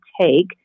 take